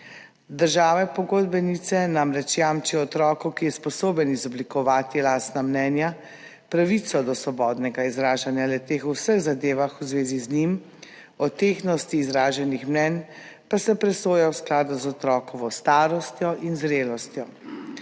Države pogodbenice namreč jamčijo otroku, ki je sposoben izoblikovati lastna mnenja, pravico do svobodnega izražanja le-teh v vseh zadevah v zvezi z njim, o tehtnosti izraženih mnenj pa se presoja v skladu z otrokovo starostjo in zrelostjo.